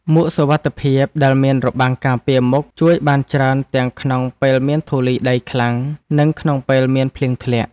មួកសុវត្ថិភាពដែលមានរបាំងការពារមុខជួយបានច្រើនទាំងក្នុងពេលមានធូលីដីខ្លាំង និងក្នុងពេលមានភ្លៀងធ្លាក់។